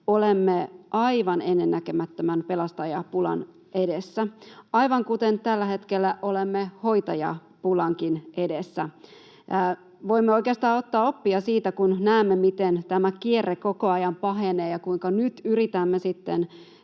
olemme aivan ennennäkemättömän pelastajapulan edessä, aivan kuten tällä hetkellä olemme hoitajapulankin edessä. Voimme oikeastaan ottaa oppia siitä, kun näemme, miten tämä kierre koko ajan pahenee ja kuinka nyt yritämme sitten